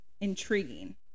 intriguing